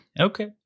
Okay